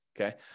okay